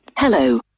Hello